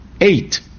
eight